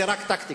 זו רק טקטיקה.